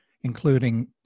including